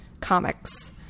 comics